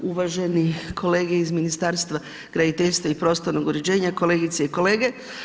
Uvaženi kolege iz Ministarstva graditeljstva i prostornog u ređenja, kolegice i kolege.